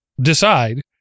decide